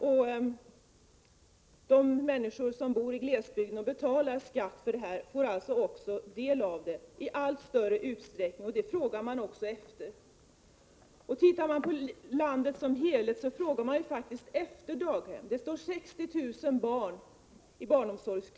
Också de människor som bor i glesbygden och betalar skatt för barnomsorgen får alltså i allt större utsträckning även del av den. Barnomsorg är också något som efterfrågas. Ser man till landet som helhet, så är det faktiskt daghem som efterfrågas. Det står 60 000 barn i kö för barnomsorg.